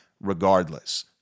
regardless